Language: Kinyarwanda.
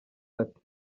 ati